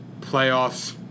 playoffs